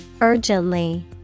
Urgently